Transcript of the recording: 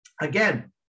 again